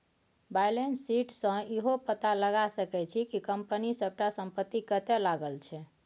balance sheet सँ इहो पता लगा सकै छी कि कंपनी सबटा संपत्ति कतय लागल छै